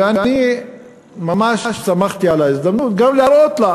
ואני ממש שמחתי על ההזדמנות גם להראות לה.